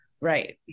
right